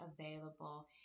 available